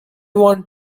want